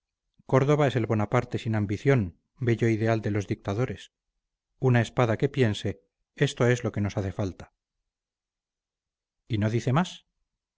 córdova es el bonaparte sin ambición bello ideal de los dictadores una espada que piense esto es lo que nos hace falta y no dice más